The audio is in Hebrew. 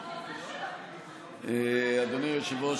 אדוני היושב-ראש,